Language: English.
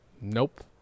Nope